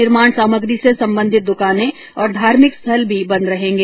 निर्माण सामग्री से संबंधित दुकाने और धार्मिक स्थल भी बंद रहेगे